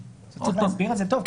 עוד פעם --- צריך להסביר את זה טוב,